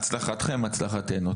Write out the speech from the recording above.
הצלחתכם הצלחתנו.